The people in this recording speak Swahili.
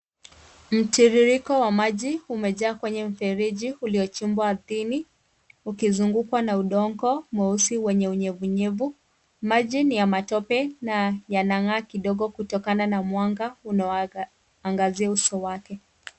Mtiririko wa maji umejaa kwenye mfereji uliochimbwa ardhini ukizungukwa na udongo mweusi wenye unyevu nyevu. Maji ni ya matope na yanang'aa kidogo kutokana na mwanga unaoangazia uso wake.